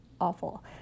awful